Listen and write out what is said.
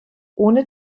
ohne